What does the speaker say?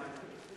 אה, כן.